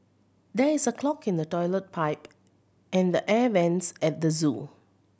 there is a clog in the toilet pipe and the air vents at the zoo